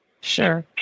Sure